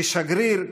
כשגריר,